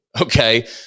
Okay